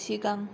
सिगां